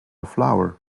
flower